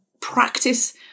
practice